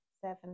seven